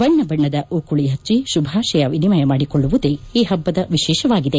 ಬಣ್ಣ ಬಣ್ಣದ ಓಕುಳಿ ಹಚ್ಚಿ ಶುಭಾಶಯ ವಿನಿಮಯ ಮಾಡಿಕೊಳ್ಳುವುದೇ ಈ ಹಬ್ಬದ ವಿಶೇಷವಾಗಿದೆ